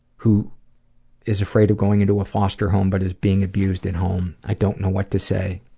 who is afraid of going into a foster home but is being abused at home. i don't know what to say,